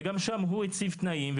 וגם שם הוא הציב תנאים.